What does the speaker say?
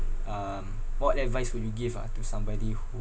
um what advice would you give ah to somebody who